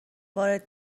وارد